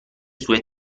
sue